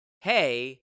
hey